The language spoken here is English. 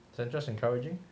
sandra's encouraging